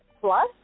plus